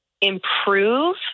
improve